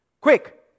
Quick